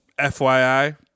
FYI